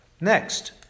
Next